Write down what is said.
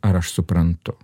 ar aš suprantu